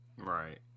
Right